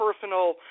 personal